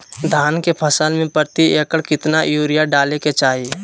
धान के फसल में प्रति एकड़ कितना यूरिया डाले के चाहि?